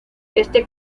este